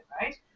right